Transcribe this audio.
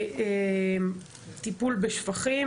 טיפול בשפכים,